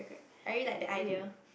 I really like the idea